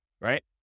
Right